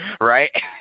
right